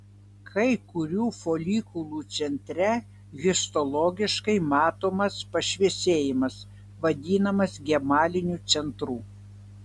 kai kurių folikulų centre histologiškai matomas pašviesėjimas vadinamas gemaliniu centru